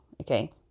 Okay